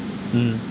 mmhmm